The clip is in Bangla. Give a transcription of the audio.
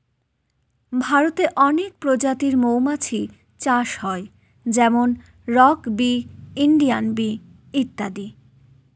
ভারতে অনেক প্রজাতির মৌমাছি চাষ হয় যেমন রক বি, ইন্ডিয়ান বি ইত্যাদি